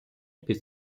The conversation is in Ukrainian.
під